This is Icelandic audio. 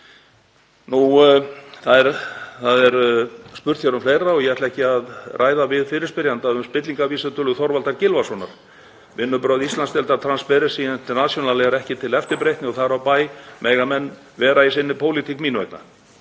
Hér er spurt um fleira og ég ætla ekki að ræða við fyrirspyrjanda um spillingarvísitölu Þorvaldar Gylfasonar. Vinnubrögð Íslandsdeildar Transparency International eru ekki til eftirbreytni og þar á bæ mega menn vera í sinni pólitík mín vegna.